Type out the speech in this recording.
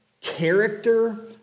character